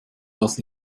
das